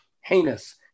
heinous